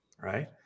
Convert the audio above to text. right